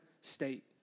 state